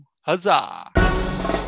Huzzah